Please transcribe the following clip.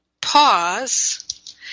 pause